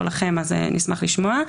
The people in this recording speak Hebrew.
נשמח לשמוע.